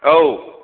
औ